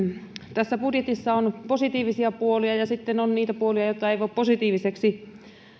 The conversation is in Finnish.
tässä budjetissa on positiivisia puolia ja ja sitten on niitä puolia joita ei voi positiivisiksi